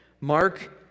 Mark